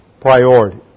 priority